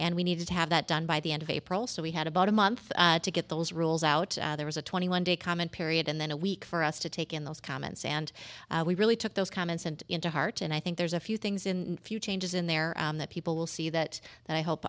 and we need to have that done by the end of april so we had about a month to get those rules out there was a twenty one day comment period and then a week for us to take in those comments and we really took those comments and into heart and i think there's a few things in a few changes in there that people will see that